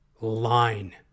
line